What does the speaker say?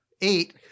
Eight